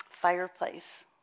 fireplace